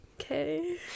okay